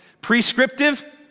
Prescriptive